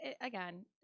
again